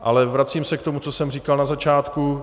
Ale vracím se k tomu, co jsem říkal na začátku.